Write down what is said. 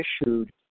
issued